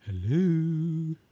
hello